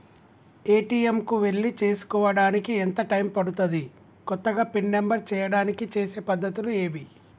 ATM కు వెళ్లి చేసుకోవడానికి ఎంత టైం పడుతది? కొత్తగా పిన్ నంబర్ చేయడానికి చేసే పద్ధతులు ఏవి?